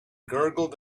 gurgled